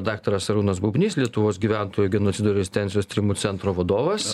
daktaras arūnas bubnys lietuvos gyventojų genocido ir rezistencijos tyrimų centro vadovas